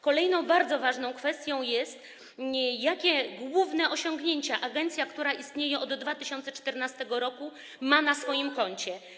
Kolejną bardzo ważną kwestią jest to, jakie główne osiągnięcia agencja, która istnieje od 2014 r., ma na swoim koncie.